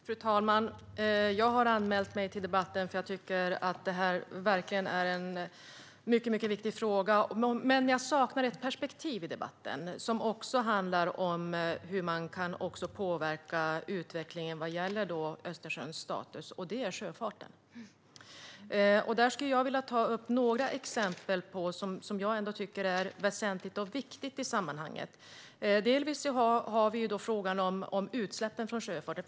Fru talman! Jag har anmält mig till debatten, eftersom jag tycker att det här verkligen är en mycket viktig fråga. Jag saknar dock ett perspektiv i debatten som handlar om hur man kan påverka utvecklingen för Östersjöns status, och det gäller sjöfarten. Jag vill ta upp några exempel som jag tycker är väsentliga och viktiga i sammanhanget. Vi har bland annat frågan om utsläppen från sjöfarten.